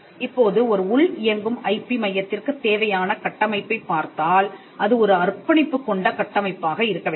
இப்போது ஒரு உள் இயங்கும் ஐபி மையத்திற்குத் தேவையான கட்டமைப்பைப் பார்த்தால் அது ஒரு அர்ப்பணிப்பு கொண்ட கட்டமைப்பாக இருக்க வேண்டும்